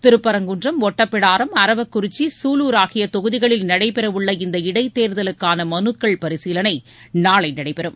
திருப்பரங்குன்றம் ஒட்டப்பிடாரம் அரவக்குறிச்சி சூலூர் ஆகிய தொகுதிகளில் நடைபெறவுள்ள இந்த இடைத் தேர்தலுக்கான மனுக்கள் பரிசீலனை நாளை நடைபெறும்